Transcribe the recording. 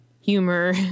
humor